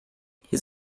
his